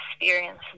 experience